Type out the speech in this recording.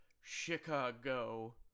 Chicago